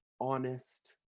honest